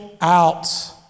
out